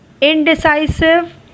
indecisive